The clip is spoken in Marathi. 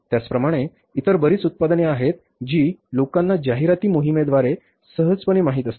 त्याचप्रमाणे इतर बरीच उत्पादने आहेत जी लोकांना जाहिराती मोहिमेद्वारे सहजपणे माहित असतात